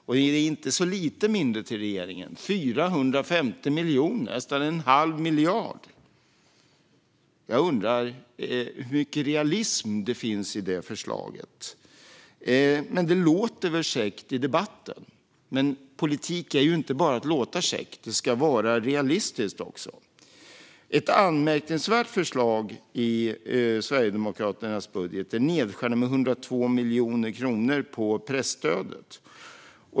Det är inte så lite mindre pengar till regeringen, nämligen 450 miljoner, nästan en halv miljard. Jag undrar hur mycket realism det finns i det förslaget. Det låter väl käckt i debatten, men politik är inte bara fråga om att låta käck, utan den ska också vara realistisk. Ett anmärkningsvärt förslag i Sverigedemokraternas budget är nedskärningen med 102 miljoner kronor på presstödet.